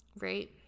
right